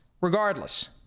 Regardless